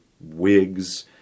wigs